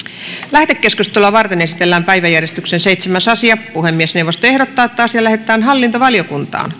lähetekeskustelua varten esitellään päiväjärjestyksen seitsemäs asia puhemiesneuvosto ehdottaa että asia lähetetään hallintovaliokuntaan